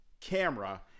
camera